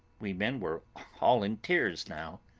we men were all in tears now.